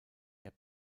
der